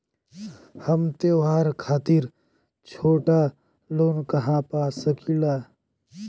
हम त्योहार खातिर छोटा लोन कहा पा सकिला?